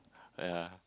ya